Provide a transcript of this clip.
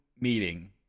meeting